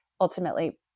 ultimately